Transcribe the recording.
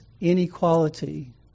inequality